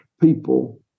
people